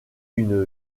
une